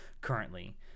currently